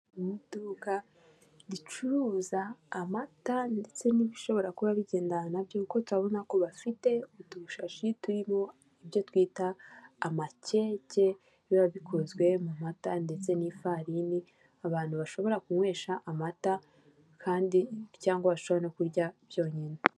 Urupapuro rw'umweru cyangwa se rwera rwanditsweho amagambo ibishushanyo ndetse n'andi mabara atandukanye, handitsweho amagambo yiganjemo umukara, ay'ubururu ay'umweru ndetse akaba ariho agashushanya ka mudasobwa, hariho n'andi mabara atandukanye y'umutuku, ubururu ashushanyijemo inyoni y'umweru ndetse hakaba ashushanyijeho amabara y'ubururu, umutuku umuhondo ndetse n'icyatsi y'ibendera ry'u Rwanda.